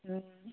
ହଁ